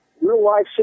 Real-life